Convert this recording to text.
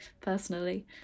personally